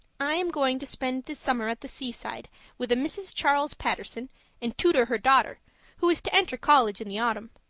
i am going to spend the summer at the seaside with a mrs. charles paterson and tutor her daughter who is to enter college in the autumn.